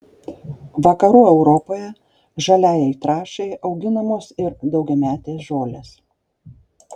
vakarų europoje žaliajai trąšai auginamos ir daugiametės žolės